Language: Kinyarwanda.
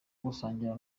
gusangira